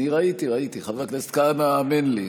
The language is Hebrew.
ראיתי, חבר הכנסת כהנא, האמן לי.